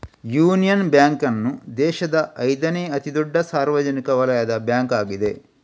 union Bank ಅನ್ನು ದೇಶದ ಐದನೇ ಅತಿ ದೊಡ್ಡ ಸಾರ್ವಜನಿಕ ವಲಯದ ಬ್ಯಾಂಕ್ ಆಗಿದೆ